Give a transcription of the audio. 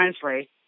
translate